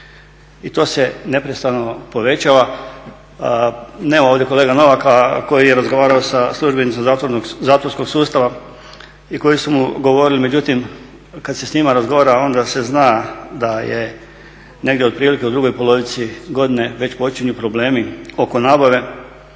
i to se neprestano povećava. Nema ovdje kolege Novaka koji je razgovarao sa službenicima zatvorskog sustava i koji su mu govorili, međutim kada se s njima razgovara onda se zna da je negdje otprilike u drugoj polovici godine već počinju problemi oko nabave,